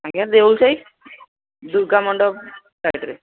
ଆଜ୍ଞା ଦେଉଳସାହି ଦୁର୍ଗାମଣ୍ଡପ ସାଇଡ଼ରେ